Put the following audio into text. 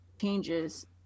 changes